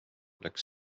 läks